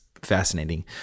fascinating